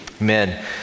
Amen